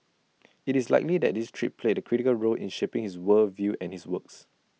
IT is likely that this trip played A critical role in shaping his world view and his works